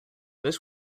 this